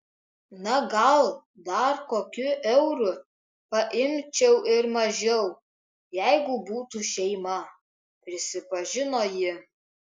na gal dar kokiu euru paimčiau ir mažiau jeigu būtų šeima prisipažino ji